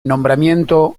nombramiento